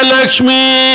Lakshmi